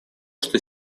что